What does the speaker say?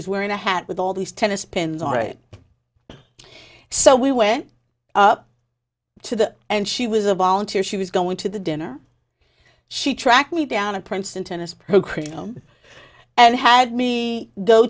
was wearing a hat with all these tennis pins or it so we went up to the and she was a volunteer she was going to the dinner she tracked me down at princeton tennis pro create home and had me go